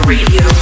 Radio